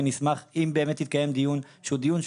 ונשמח אם באמת יתקיים דיון שהוא דיון,